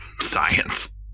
science